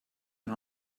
and